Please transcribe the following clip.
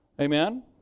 amen